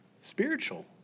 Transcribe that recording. Spiritual